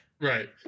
Right